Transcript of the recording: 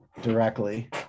directly